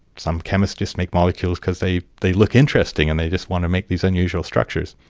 some chemists just make molecules because they they look interesting and they just want to make these unusual structures.